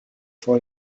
for